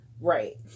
Right